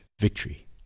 victory